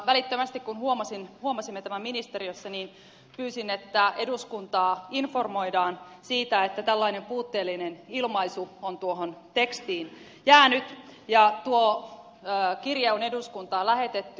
välittömästi kun huomasimme tämän ministeriössä pyysin että eduskuntaa informoidaan siitä että tällainen puutteellinen ilmaisu on tuohon tekstiin jäänyt ja tuo kirje on eduskuntaan lähetetty